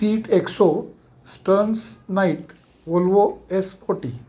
seat Exeo Sterns night Volvo S forty